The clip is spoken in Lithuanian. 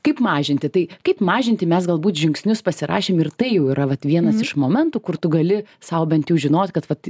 kaip mažinti tai kaip mažinti mes galbūt žingsnius pasirašėm ir tai jau yra vat vienas iš momentų kur tu gali sau bent jau žinot kad vat